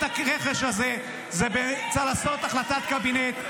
כדי לעשות את הרכש הזה צריך לעשות החלטת קבינט.